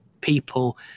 people